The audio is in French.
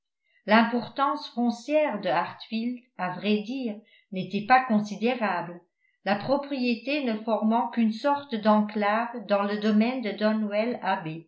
l'importance foncière de hartfield à vrai dire n'était pas considérable la propriété ne formant qu'une sorte d'enclave dans le domaine de donwell